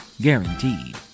Guaranteed